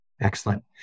Excellent